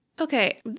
Okay